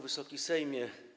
Wysoki Sejmie!